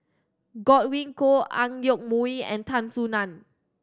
Godwin Koay Ang Yoke Mooi and Tan Soo Nan